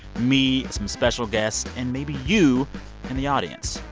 me, some special guests and maybe you in the audience.